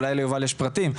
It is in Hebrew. אולי ליובל יש פרטים.